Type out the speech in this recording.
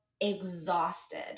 exhausted